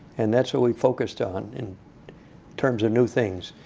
and that's what we focused on in terms of new things.